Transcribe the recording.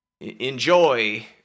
Enjoy